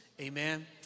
amen